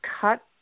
cut